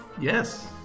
Yes